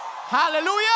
Hallelujah